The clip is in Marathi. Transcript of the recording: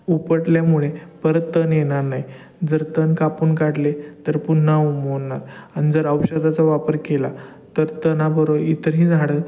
उपटल्यामुळे परत तण येणार नाही जर तण कापून काढले तर पुन्हा उगवणार आणि जर औषधाचा वापर केला तर तणाबरोबर इतरही झाडं